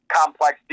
complex